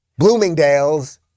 bloomingdales